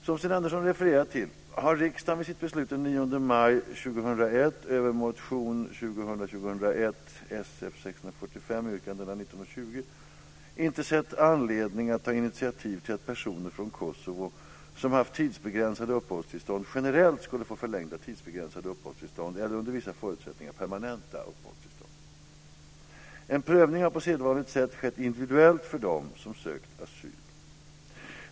Som Sten Andersson refererar till har riksdagen vid sitt beslut den 9 maj 2001 över motion 2000/01:Sf645, yrkandena 19 och 20, inte sett anledning att ta initiativ till att personer från Kosovo som haft tidsbegränsade uppehållstillstånd generellt skulle få förlängda tidsbegränsade uppehållstillstånd eller under vissa förutsättningar permanenta uppehållstillstånd. En prövning har på sedvanligt sätt skett individuellt för dem som sökt asyl.